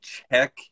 Check